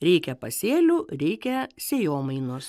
reikia pasėlių reikia sėjomainos